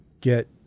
get